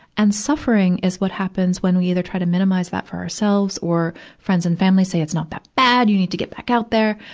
and suffering is what happens when we either try to minimize that for ourselves or friend and family say it's not that bad, you need to get back out there.